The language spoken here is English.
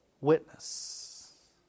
witness